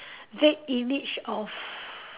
vague image of